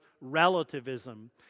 relativism